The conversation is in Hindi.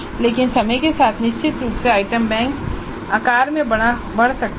लेकिन समय के साथ निश्चित रूप से आइटम बैंक आकार में बढ़ सकता है